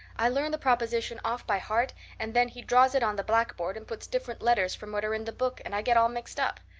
i learn the proposition off by heart and then he draws it on the blackboard and puts different letters from what are in the book and i get all mixed up.